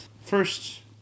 first